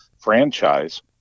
franchise